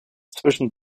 zwischen